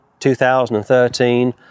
2013